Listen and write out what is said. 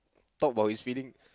talk about his feeling